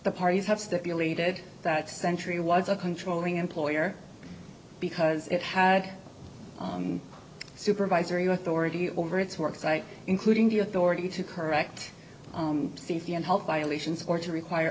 the parties have stipulated that century was a controlling employer because it had supervisory authority over its work site including the authority to correct safety and health violations or to require